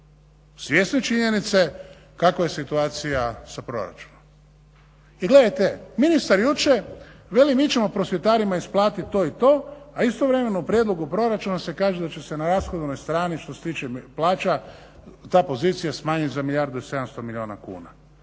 svjesni činjenice kakav je situacija sa proračunom. I gledajte, ministar jučer veli mi ćemo prosvjetarima isplatit to i to, a istovremeno u prijedlogu proračuna se kaže da će se na rashodovnoj strani što se tiče plaća ta pozicija smanjenja za milijardu i 700 milijuna kuna.